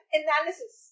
analysis